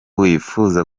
wifuza